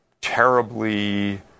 terribly